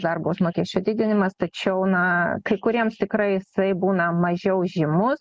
darbo užmokesčio didinimas tačiau na kai kuriems tikrai jisai būna mažiau žymus